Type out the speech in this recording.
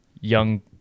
young